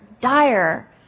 dire